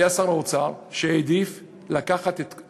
היה שר אוצר שהעדיף לקחת 3